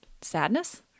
sadness